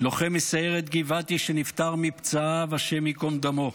לוחם מסיירת גבעתי נפטר מפצעיו, השם ייקום דמו,